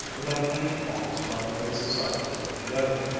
without any qualms about the way society is put together.